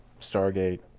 Stargate